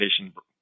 education